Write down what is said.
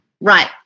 Right